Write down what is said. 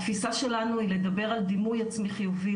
התפיסה שלנו היא לדבר על דימוי עצמי חיובי,